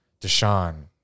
Deshaun